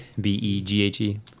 B-E-G-H-E